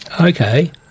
Okay